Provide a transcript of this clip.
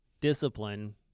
discipline